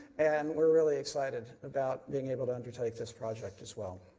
and we are really excited about being able to undertake this project as well.